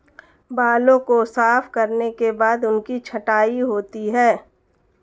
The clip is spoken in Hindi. बालों को साफ करने के बाद उनकी छँटाई होती है